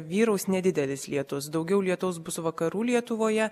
vyraus nedidelis lietus daugiau lietaus bus vakarų lietuvoje